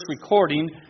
recording